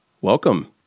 Welcome